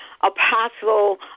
Apostle